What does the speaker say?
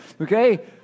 Okay